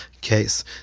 case